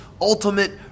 ultimate